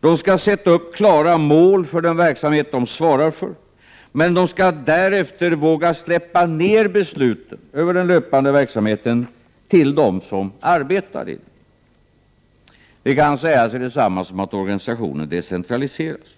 De skall sätta upp klara mål för den offentliga verksamhet de svarar för, men de skall därefter våga släppa ner besluten över den löpande verksamheten till dem som arbetar i den. Det kan sägas att detta är detsamma som att organisationen decentraliseras.